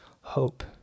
hope